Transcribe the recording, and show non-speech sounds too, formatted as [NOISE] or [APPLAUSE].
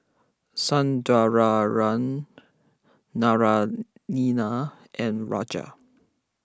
[UNINTELLIGIBLE] Naraina and Raja